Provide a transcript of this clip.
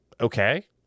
Okay